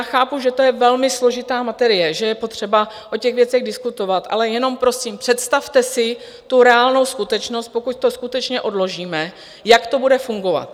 Chápu, že to je velmi složitá materie, že je potřeba o těch věcech diskutovat, ale jenom si, prosím, představte tu reálnou skutečnost, pokud to skutečně odložíme, jak to bude fungovat.